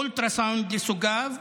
אולטרסאונד לסוגיו,